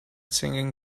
singing